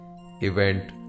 event